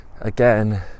again